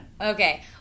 Okay